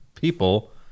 people